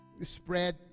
spread